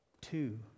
two